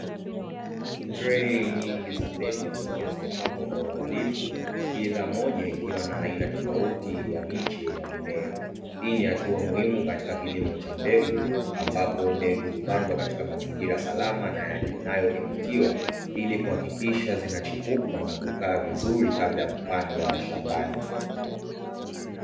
Trei nyingi za mbegu zikiwa zimepangwa kwa uangalifu kila moja ikiwa na aina tofauti ya miche ya mimea, hii ni hatua muhimu katika kilimo cha mbegu, ambapo mbegu hupandwa katika mazingira salama na yanayodhibitiwa ili kuhakikisha zinachipuka na kukaa vizuri kabla ya kupandwa shambani.